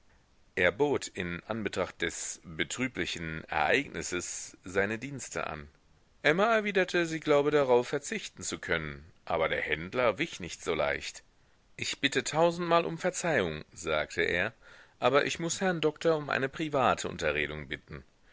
er bot in anbetracht des betrüblichen ereignisses seine dienste an emma erwiderte sie glaube darauf verzichten zu können aber der händler wich nicht so leicht ich bitte tausendmal um verzeihung sagte er aber ich muß herrn doktor um eine private unterredung bitten